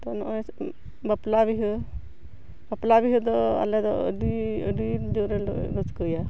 ᱛᱚ ᱱᱚᱜᱼᱚᱭ ᱵᱟᱯᱞᱟ ᱵᱤᱦᱟᱹ ᱵᱟᱯᱞᱟ ᱵᱤᱦᱟᱹ ᱫᱚ ᱟᱞᱮ ᱫᱚ ᱟᱹᱰᱤ ᱟᱹᱰᱤ ᱡᱳᱨᱮᱞᱮ ᱨᱟᱹᱥᱠᱟᱹᱭᱟ